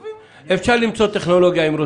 אפשר למצוא טכנולוגיה אם רוצים.